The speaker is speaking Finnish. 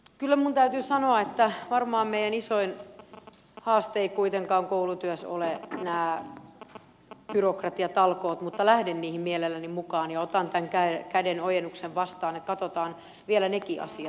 kyllä minun täytyy sanoa että varmaan meidän isoin haasteemme koulutyössä ei kuitenkaan ole nämä byrokratiatalkoot mutta lähden niihin mielelläni mukaan ja otan tämän kädenojennuksen vastaan että katsotaan vielä nekin asiat